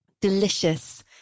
delicious